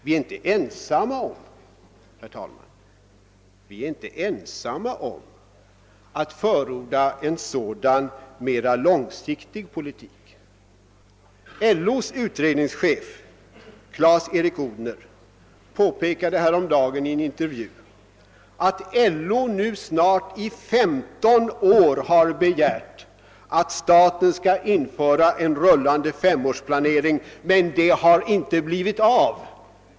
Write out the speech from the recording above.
Vi är inte heller ensamma om att förorda en sådan mera långsiktig politik. LO:s utredningschef Clas-Erik Odhner påpekade häromdagen i en intervju att LO i snart 15 år har begärt att staten skall införa en rullande femårsplanering, men det har inte blivit av.